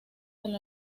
del